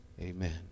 amen